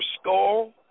skull